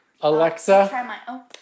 Alexa